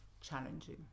challenging